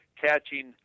catching